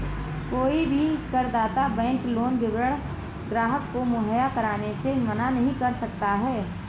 कोई भी करदाता बैंक लोन विवरण ग्राहक को मुहैया कराने से मना नहीं कर सकता है